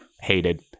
hated